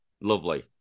lovely